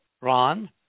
Ron